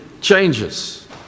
changes